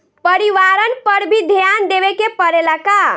परिवारन पर भी ध्यान देवे के परेला का?